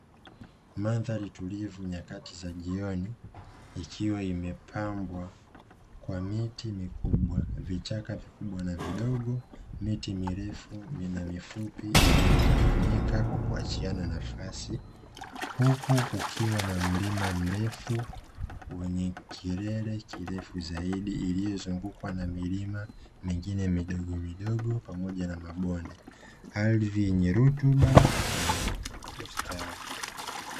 Mandhari tulivu nyakati za jioni, ikiwa imepambwa kwa miti mikubwa, vichaka vikubwa na vidogo, miti mirefu na mifupi iliyotawanyika kwa kuachiana nafasi. Huku kukiwa na mlima mrefu, wenye kilele kirefu zaidi iliyozungukwa na milima mingine midogomidogo pamoja na mabonde, ardhi yenye rutuba na ustawi.